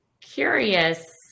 curious